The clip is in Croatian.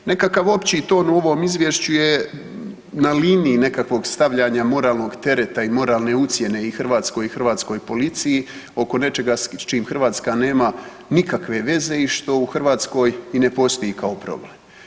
Nekakav opći ton u ovom izvješću je na liniji nekakvog stavljanja moralnog tereta i moralne ucjene i Hrvatskoj i hrvatskoj policiji oko nečega s čim Hrvatska nema nikakve veze i što u Hrvatskoj i ne postoji kao problem.